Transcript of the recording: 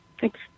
Thanks